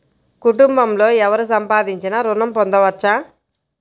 కుటుంబంలో ఎవరు సంపాదించినా ఋణం పొందవచ్చా?